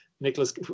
Nicholas